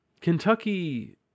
Kentucky